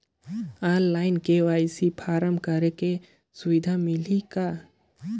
Online KYC form करेके सुविधा मिली कौन?